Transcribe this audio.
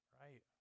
right